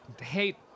hate